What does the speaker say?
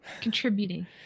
Contributing